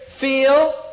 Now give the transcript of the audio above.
feel